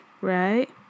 Right